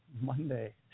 Monday